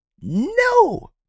no